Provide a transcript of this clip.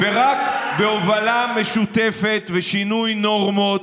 על זה, על זה, ורק בהובלה משותפת ושינוי נורמות,